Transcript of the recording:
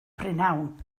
prynhawn